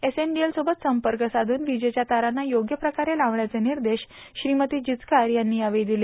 एसएनडीएलसोबत संपर्क साधून विजेच्या तारांना योग्यप्रकारे लावण्याचे निर्देश श्रीमती जिचकार यांनी यावेळी दिले